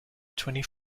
twenty